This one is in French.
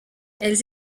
elles